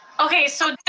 okay, so